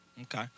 Okay